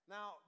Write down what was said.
Now